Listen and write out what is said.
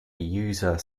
user